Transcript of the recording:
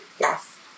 yes